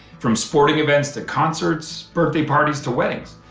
from sporting events, to concerts, birthday parties, to weddings,